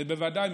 ובוודאי,